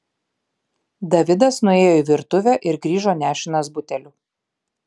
davidas nuėjo į virtuvę ir grįžo nešinas buteliu